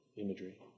imagery